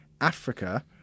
africa